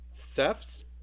thefts